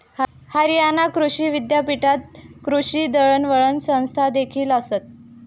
हरियाणा कृषी विद्यापीठात कृषी दळणवळण संस्थादेखील आसत